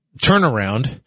turnaround